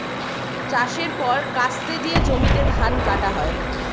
চাষের পর কাস্তে দিয়ে জমিতে ধান কাটা হয়